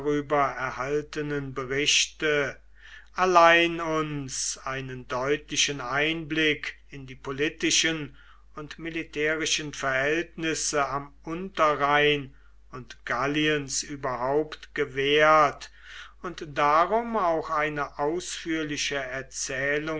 erhaltenen berichte allein uns einen deutlichen einblick in die politischen und militärischen verhältnisse am unterrhein und galliens überhaupt gewährt und darum auch eine ausführliche erzählung